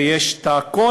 ויש עוד תחנת מעבר אחרת,